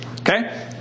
Okay